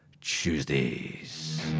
Tuesdays